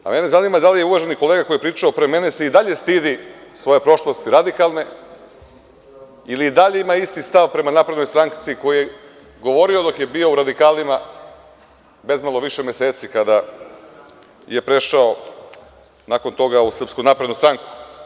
Zanima me da li je uvaženi kolega koji je pričao pre mene se i dalje stidi svoje prošlosti radikalne, ili i dalje ima isti stav prema naprednoj stranci o kojoj je govorio dok je bio u radikalima, bezmalo više meseci kada je prešao nakon toga u SNS?